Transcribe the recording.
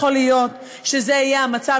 שזה לא יכול להיות שזה יהיה המצב,